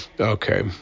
Okay